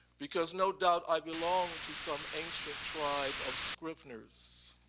because no doubt i belong to some ancient tribe of scriveners